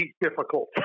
difficult